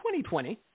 2020